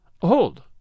Hold